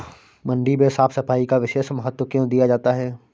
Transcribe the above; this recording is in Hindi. मंडी में साफ सफाई का विशेष महत्व क्यो दिया जाता है?